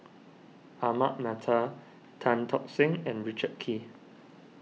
Ahmad Mattar Tan Tock Seng and Richard Kee